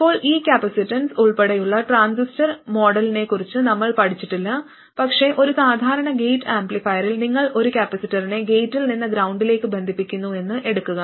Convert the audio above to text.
ഇപ്പോൾ ഈ കപ്പാസിറ്റൻസ് ഉൾപ്പെടെയുള്ള ട്രാൻസിസ്റ്റർ മോഡലിനെക്കുറിച്ച് നമ്മൾ പഠിച്ചിട്ടില്ല പക്ഷേ ഒരു സാധാരണ ഗേറ്റ് ആംപ്ലിഫയറിൽ നിങ്ങൾ ഒരു കപ്പാസിറ്ററിനെ ഗേറ്റിൽ നിന്ന് ഗ്രൌണ്ടിലേക്ക് ബന്ധിപ്പിക്കുന്നുവെന്ന് എടുക്കുക